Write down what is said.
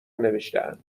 نوشتهاند